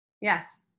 Yes